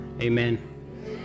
Amen